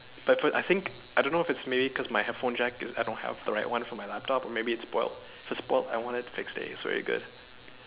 but I put I think I don't know if it's maybe cause my headphone jack is I don't have the right one for my laptop or maybe it is spoiled if it's spoiled I want it fixed because it's very good